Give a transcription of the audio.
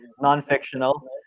non-fictional